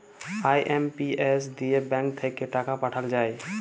IMPS দিয়ে bank থাক্যে টাকা পাঠাল যায়